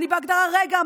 רגע,